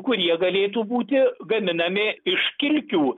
kurie galėtų būti gaminami iš kilkių